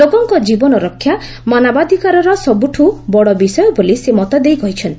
ଲୋକଙ୍କ ଜୀବନ ରକ୍ଷା ମାନବାଧିକାରର ସବୁଠୁ ବଡ଼ ବିଷୟ ବୋଲି ସେ ମତଦେଇ କହିଛନ୍ତି